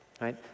Right